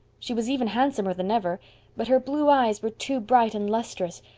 she was even handsomer than ever but her blue eyes were too bright and lustrous,